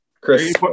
Chris